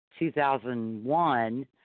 2001